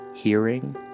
hearing